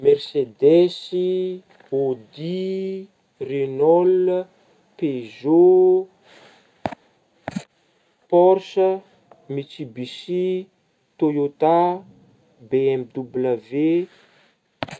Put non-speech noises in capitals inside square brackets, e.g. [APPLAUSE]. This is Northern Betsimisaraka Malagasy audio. Mersedesy, Audi, Renault, Peugeot [NOISE] [UNINTELLIGIBLE] Mitsibushi [NOISE] Toyota, BMW. [NOISE]